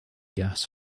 gas